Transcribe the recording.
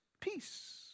peace